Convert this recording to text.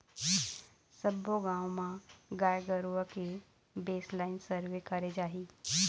सब्बो गाँव म गाय गरुवा के बेसलाइन सर्वे करे जाही